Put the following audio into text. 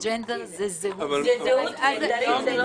טרנסג'נדר זה זהות מגדרית.